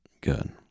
good